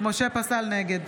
נגד